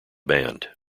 band